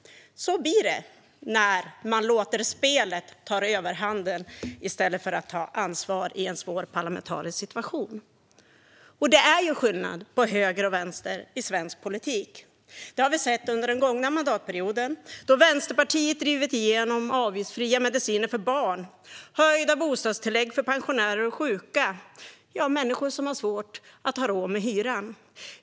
Så blir det när man låter spelet ta överhanden i stället för att ta ansvar i en svår parlamentarisk situation. Det är skillnad på höger och vänster i svensk politik. Det har vi sett under den gångna mandatperioden, då Vänsterpartiet drivit igenom avgiftsfria mediciner för barn och höjda bostadstillägg för pensionärer och sjuka - för människor som har svårt att ha råd med hyran.